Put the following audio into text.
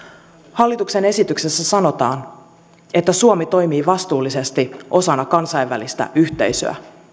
hallituksen esityksessä sanotaan että suomi toimii vastuullisesti osana kansainvälistä yhteisöä